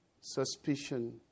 suspicion